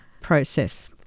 process